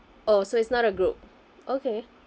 oh so it's not a group okay